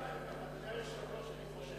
אדוני היושב-ראש,